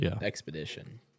expedition